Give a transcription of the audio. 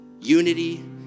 Unity